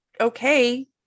okay